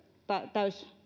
täysin